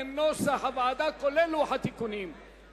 אנחנו עוברים לחלופין מס' 3, רבותי.